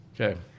Okay